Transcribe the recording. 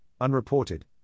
unreported